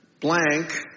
Blank